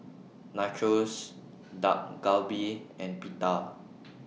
Nachos Dak Galbi and Pita